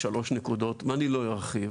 ואני לא ארחיב.